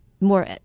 more